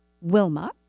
Wilma